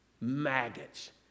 maggots